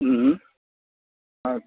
हां